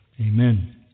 Amen